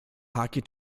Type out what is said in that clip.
hockey